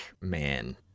man